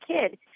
kid